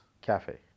cafe